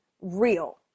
real